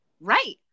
right